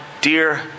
dear